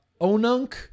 Onunk